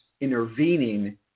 intervening